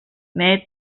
amb